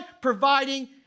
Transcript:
providing